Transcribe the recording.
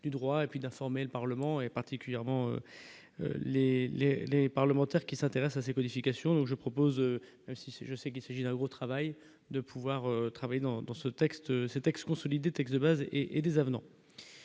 du droit et puis d'informer le Parlement est particulièrement les, les, les parlementaires qui s'intéressent à ces codification je propose M6, je sais qu'ici j'ai un gros travail de pouvoir travailler dans dans ce texte, ces textes consolider, texte de base et des avenants.